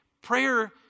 Prayer